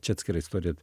čia atskira istorija